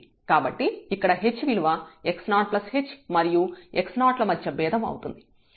కాబట్టి ఇక్కడ h విలువ x0h మరియు x0 ల మధ్య భేదం అవుతుంది